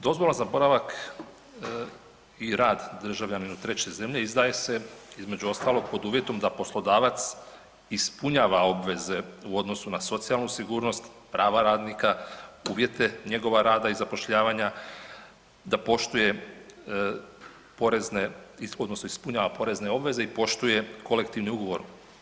Dozvola za boravak i rad državljaninu treće zemlje izdaje se između ostalog pod uvjetom da poslodavac ispunjava obveze u odnosu na socijalnu sigurnost, prava radnika, uvjete njegova rada i zapošljavanja, da poštuje porezne odnosno ispunjava porezne obveze i poštuje kolektivni ugovor.